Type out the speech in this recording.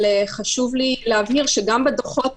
אבל חשוב לי להבהיר שגם בדוחות